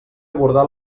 abordar